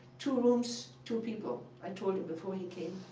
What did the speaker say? two rooms, two people. i told him before he came.